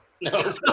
No